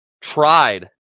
tried